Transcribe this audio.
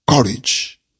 courage